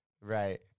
Right